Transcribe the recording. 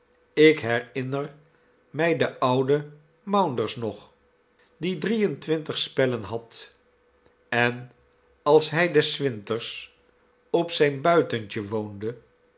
ik herinner mij den ouden maunders nog die drie en twintig spellen had en als hij des winters op zijn buitentje woonde